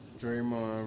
Draymond